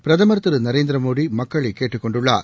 பிரதமர் திரு நரேந்திர மோடி மக்களை கேட்டுக்கொண்டுள்ளார்